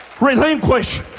relinquish